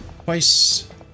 twice